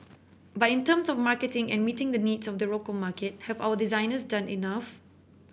but in terms of marketing and meeting the needs of the local market have our designers done enough